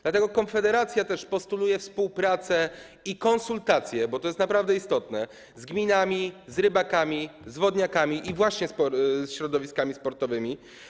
Dlatego Konfederacja postuluje współpracę i konsultacje - bo to jest naprawdę istotne - z gminami, z rybakami, z wodniakami i właśnie ze środowiskami sportowymi.